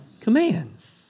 commands